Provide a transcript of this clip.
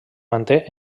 manté